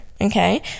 okay